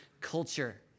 culture